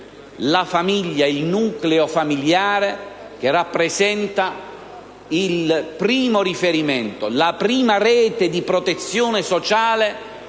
il nucleo familiare, che rappresenta il primo riferimento, la prima rete di protezione sociale